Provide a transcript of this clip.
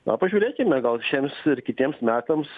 na pažiūrėkime gal šiems ir kitiems metams